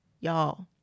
Y'all